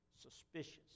suspicious